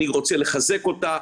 אני רוצה לחזק אותה,